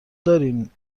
دارین